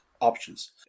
options